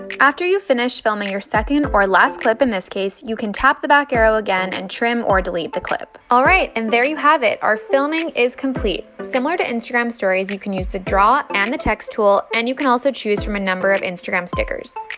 after you finish filming your second or last clip in this case, you can tap the back arrow again and trim or delete the clip. alright, and there you have it. our filming is complete. similar to instagram stories, you can use the draw and the text tool and you can also choose from a number of instagram stickers.